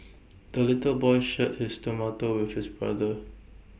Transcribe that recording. the little boy shared his tomato with his brother